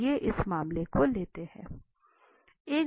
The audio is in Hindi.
आइए इस मामले को लेते हैं